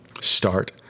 Start